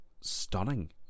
stunning